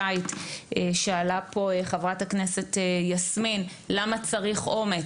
שאלה פה חברת הכנסת יסמין למה צריך אומץ.